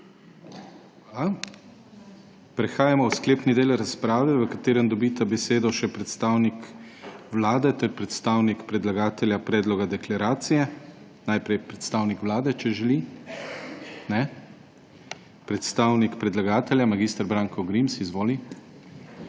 Prehajamo v sklepni del razprave, v katerem dobita besedo še predstavnik Vlade ter predstavnik predlagatelja predloga deklaracije. Najprej predsednik Vlade, če želi. Ne. Predstavnik predlagatelja mag. Branko Grims, izvoli.